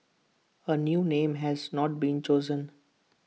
A new name has not been chosen